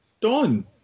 Done